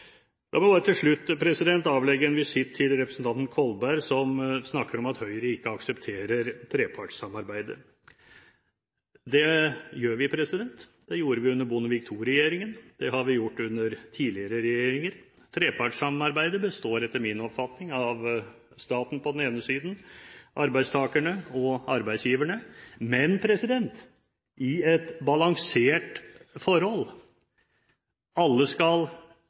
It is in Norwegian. La meg bare til slutt avlegge en visitt til representanten Kolberg, som snakker om at Høyre ikke aksepterer trepartssamarbeidet. Det gjør vi. Det gjorde vi under Bondevik II-regjeringen, og det har vi gjort under tidligere regjeringer. Trepartssamarbeidet består etter min oppfatning av staten, på den ene siden, og arbeidstakerne og arbeidsgiverne. Men i et balansert forhold skal alle delta på den samme måten, og ingen skal